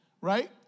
right